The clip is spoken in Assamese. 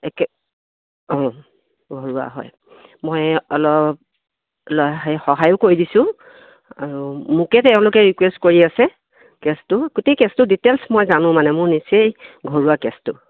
একে অঁ ঘৰুৱা হয় মই অলপ সহায়ো কৰি দিছোঁ আৰু মোকে তেওঁলোকে ৰিকুৱেষ্ট কৰি আছে কেছটো গোটেই কেছটো ডিটেইলছ মই জানো মানে মোৰ নিচেই ঘৰুৱা কেছটো